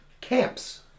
camps